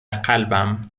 قلبم